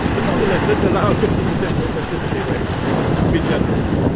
but nonetheless let's allow fifty percent authenticity rate to be generous